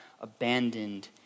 abandoned